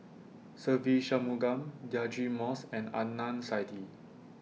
Se Ve Shanmugam Deirdre Moss and Adnan Saidi